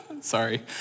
Sorry